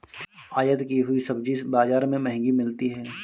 आयत की हुई सब्जी बाजार में महंगी मिलती है